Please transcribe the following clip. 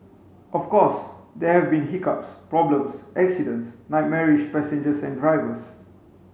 of course there have been hiccups problems accidents nightmarish passengers and drivers